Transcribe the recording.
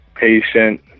Patient